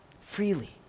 freely